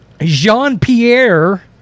Jean-Pierre